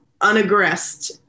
unaggressed